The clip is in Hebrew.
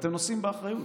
ואתם נושאים באחריות.